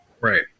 right